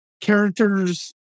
characters